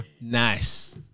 Nice